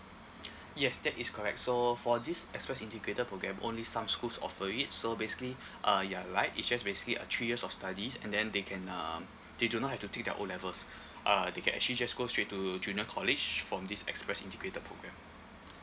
yes that is correct so for this express integrated programme only some schools offer it so basically uh you're right it's just basically a three years of studies and then they can um they do not have to take their O levels uh they can actually just go straight to junior college from this express integrated programme